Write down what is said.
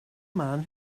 man